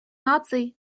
наций